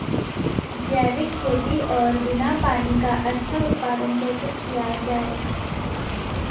जैविक खेती और बिना पानी का अच्छा उत्पादन कैसे किया जाए?